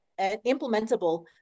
implementable